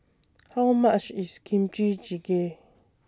How much IS Kimchi Jjigae